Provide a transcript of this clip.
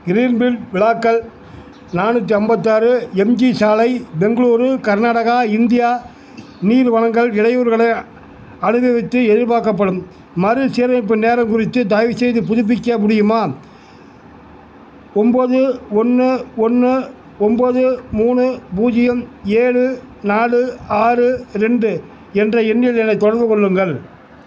Greenfield வில்லாக்கள் நானூற்றி ஐம்பத்தாறு எம் ஜி சாலை பெங்களூரு கர்நாடகா இந்தியா நீர் வழங்கல் இடையூறுகளை அனுபவித்து எதிர்பார்க்கப்படும் மறுசீரமைப்பு நேரம் குறித்து தயவுசெய்து புதுப்பிக்க முடியுமா ஒம்போது ஒன்று ஒன்று ஒம்போது மூணு பூஜ்ஜியம் ஏழு நாலு ஆறு ரெண்டு என்ற எண்ணில் என்னைத் தொடர்பு கொள்ளுங்கள்